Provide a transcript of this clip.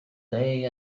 day